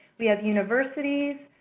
we have universities,